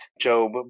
Job